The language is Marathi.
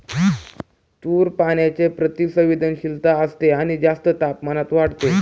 तूर पाण्याच्या प्रति संवेदनशील असते आणि जास्त तापमानात वाढते